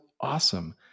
awesome